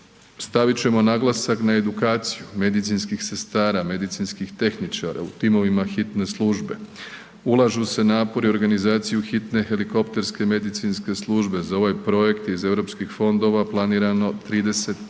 stavit ćemo naglasak na edukaciju medicinskih sestara, medicinskih tehničara u timovima hitne službe. Ulaže se napori organizacije u hitne helikopterske medicinske službe za ovaj projekt iz europskih fondova planirano 35 milijuna